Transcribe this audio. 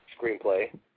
screenplay